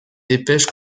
dépêche